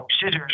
scissors